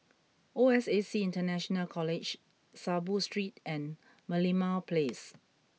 O S A C International College Saiboo Street and Merlimau Place